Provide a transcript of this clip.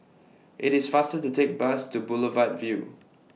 IT IS faster to Take Bus to Boulevard Vue